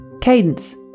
Cadence